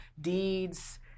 deeds